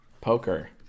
poker